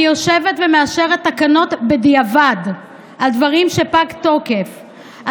אני יושבת ומאשרת תקנות בדיעבד על דברים שפג תוקפם,